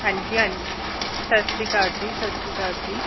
ਹਾਂਜੀ ਹਾਂਜੀ ਸਤਿ ਸ਼੍ਰੀ ਅਕਾਲ ਜੀ ਸਤਿ ਸ਼੍ਰੀ ਅਕਾਲ ਜੀ